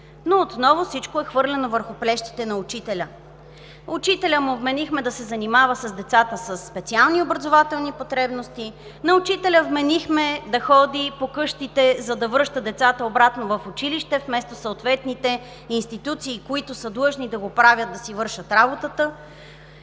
но отново всичко е хвърлено върху плещите на учителя. На учителя му вменихме да се занимава с децата със специални образователни потребности, на учителя вменихме да ходи по къщите, за да връща децата обратно в училище, вместо съответните институции, които са длъжни да го правят, да си вършат работата.